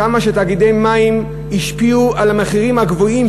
עד כמה תאגידי מים השפיעו על המחירים הגבוהים,